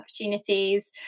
opportunities